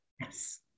Yes